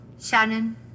Shannon